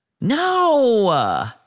No